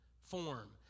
form